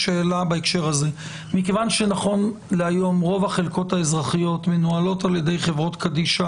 כיוון שנכון להיום רוב החלקות האזרחיות מנוהלות על-ידי חברות קדישא